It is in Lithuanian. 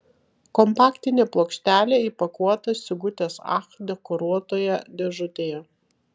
kompaktinė plokštelė įpakuota sigutės ach dekoruotoje dėžutėje